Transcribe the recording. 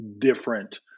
different